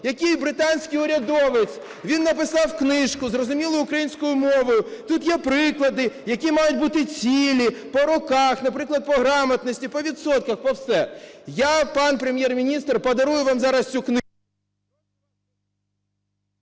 який британський урядовець, він написав книжку зрозумілою українською мовою, тут є приклади, які мають бути цілі, по роках, наприклад, по грамотності, по відсотках, по все… Я, пане Прем'єр-міністре, подарую вам зараз цю книгу…